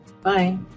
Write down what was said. Bye